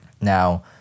Now